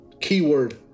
Keyword